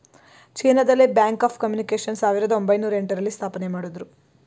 China ದಲ್ಲಿ bank of communications ಸಾವಿರದ ಒಂಬೈನೊರ ಎಂಟ ರಲ್ಲಿ ಸ್ಥಾಪನೆಮಾಡುದ್ರು